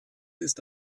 ist